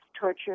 torture